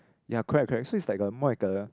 ya correct correct so it's like a more like a